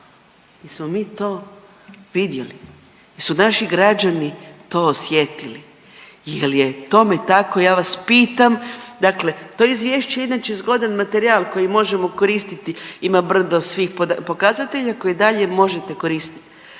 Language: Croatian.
jesmo li mi to vidjeli? Jesu naši građani to osjetili? Jel' je tome tako ja vas pitam? Dakle, to izvješće je inače zgodan materijal koji možemo koristiti ima brdo svih pokazatelja koje i dalje možete koristiti.